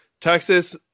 Texas